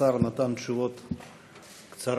השר נתן תשובות קצרות,